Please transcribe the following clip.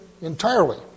entirely